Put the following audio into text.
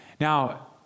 Now